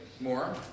More